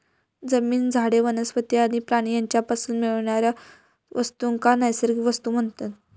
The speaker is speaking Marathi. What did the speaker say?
जमीन, झाडे, वनस्पती आणि प्राणी यांच्यापासून मिळणाऱ्या वस्तूंका नैसर्गिक वस्तू म्हणतत